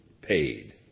paid